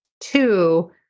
Two